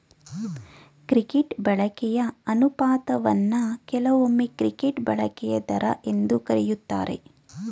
credit ಬಳಕೆಯ ಅನುಪಾತವನ್ನ ಕೆಲವೊಮ್ಮೆ ಕ್ರೆಡಿಟ್ ಬಳಕೆಯ ದರ ಎಂದು ಕರೆಯುತ್ತಾರೆ